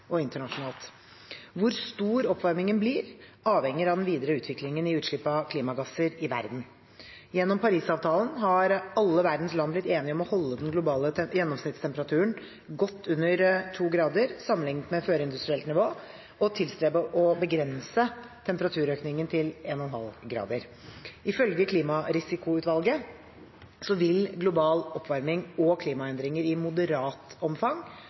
og internasjonalt. Hvor stor oppvarmingen blir, avhenger av den videre utviklingen i utslipp av klimagasser i verden. Gjennom Parisavtalen har alle verdens land blitt enige om å holde den globale gjennomsnittstemperaturen godt under 2 grader, sammenlignet med førindustrielt nivå, og tilstrebe å begrense temperaturøkningen til 1,5 grader. Ifølge Klimarisikoutvalget vil global oppvarming og klimaendringer i moderat omfang